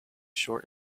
short